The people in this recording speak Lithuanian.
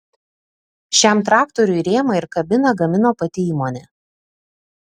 šiam traktoriui rėmą ir kabiną gamino pati įmonė